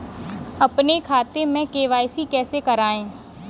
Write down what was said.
अपने खाते में के.वाई.सी कैसे कराएँ?